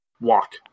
walk